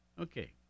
Okay